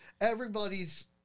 Everybody's